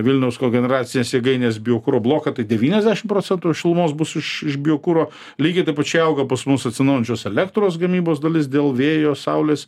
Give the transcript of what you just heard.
vilniaus kogeneracinės jėgainės biokuro bloką tai devyniasdešim procentų šilumos bus iš iš biokuro lygiai tai pačiai auga pas mus atsinaujinančios elektros gamybos dalis dėl vėjo saulės